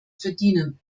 verdienen